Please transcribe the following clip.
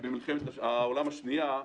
במלחמת העולם השנייה,